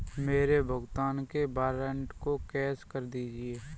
मेरे भुगतान के वारंट को कैश कर दीजिए